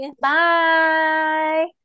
Bye